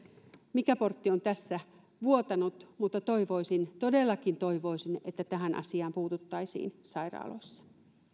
mikä portti on tässä vuotanut mutta toivoisin todellakin toivoisin että tähän asiaan puututtaisiin sairaaloissa